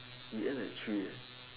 we end at three eh